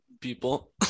people